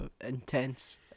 intense